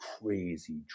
crazy